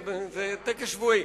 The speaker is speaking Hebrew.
זה טקס שבועי.